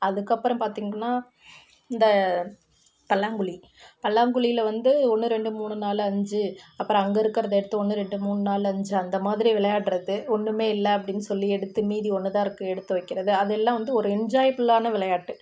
அதுக்கப்புறம் பார்த்தீங்கன்னா இந்த பல்லாங்குழி பல்லாங்குழியில வந்து ஒன்னு ரெண்டு மூணு நாலு அஞ்சு அப்புறம் அங்கே இருக்கிறத எடுத்து ஒன்று ரெண்டு மூணு நாலு அஞ்சு அந்தமாதிரி விளையாடுறது ஒன்னுமே இல்லை அப்படின்னு சொல்லி எடுத்து மீதி ஒன்று தான் இருக்கு எடுத்து வைக்கிறது அது எல்லாம் வந்து ஒரு என்ஜாய்ஃபுல்லான விளையாட்டு